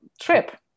trip